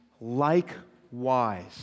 Likewise